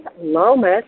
Lomas